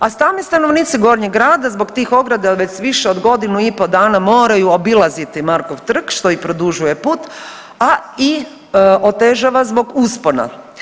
A stalni stanovnici Gornjeg grada zbog tih ograda već više od godinu i pol dana moraju obilaziti Markov trg što im produžuje put, a i otežava zbog uspona.